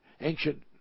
ancient